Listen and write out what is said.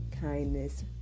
kindness